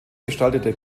gestaltete